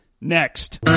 next